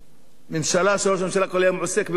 ממשלה שראש הממשלה כל היום עוסק בקומבינות